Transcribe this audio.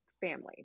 family